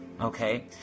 Okay